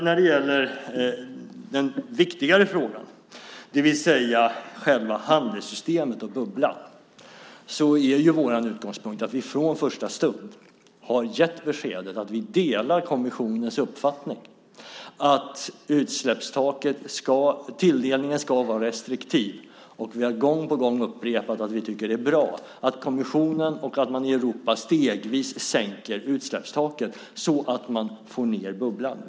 När det gäller den viktigare frågan, det vill säga själva handelssystemet och bubblan, är vår utgångspunkt att vi från första stund har gett beskedet att vi delar kommissionens uppfattning att utsläppstaket ska vara lågt och tilldelningen restriktiv. Vi har gång på gång upprepat att vi tycker att det är bra att man i kommissionen och i Europa stegvis sänker utsläppstaket så att man får ned bubblan.